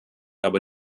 aber